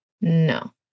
No